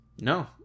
No